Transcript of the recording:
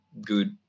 good